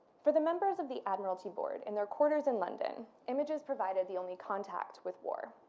for the members of the admiralty board in their quarters in london, images provided the only contact with war.